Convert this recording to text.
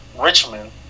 Richmond